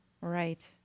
Right